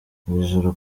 hejuru